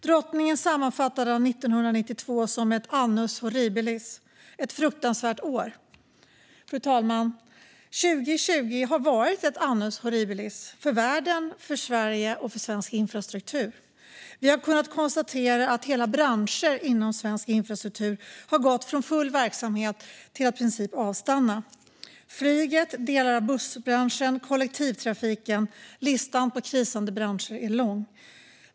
Drottningen sammanfattade 1992 som ett annus horribilis, ett fruktansvärt år. Fru talman! År 2020 har varit ett annus horribilis för världen, för Sverige och för svensk infrastruktur. Vi har kunnat konstatera att hela branscher inom svensk infrastruktur har gått från full verksamhet till att i princip avstanna. Flyget, delar av bussbranschen, kollektivtrafiken - listan på krisande branscher är lång.